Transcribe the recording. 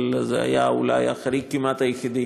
אבל זה היה אולי החריג היחידי